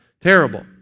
Terrible